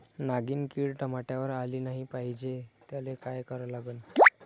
नागिन किड टमाट्यावर आली नाही पाहिजे त्याले काय करा लागन?